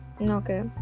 Okay